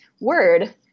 word